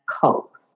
cope